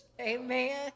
Amen